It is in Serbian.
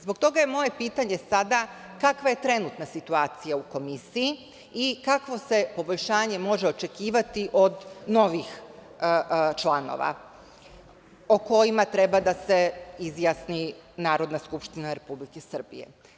Zbog toga je moje pitanje sada – kakva je trenutna situacija u komisiji i kako se poboljšanje može očekivati od novih članova o kojima treba da se izjasni Narodna skupština Republike Srbije?